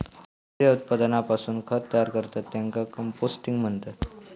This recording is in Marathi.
सेंद्रिय उत्पादनापासून खत तयार करतत त्येका कंपोस्टिंग म्हणतत